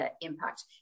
impact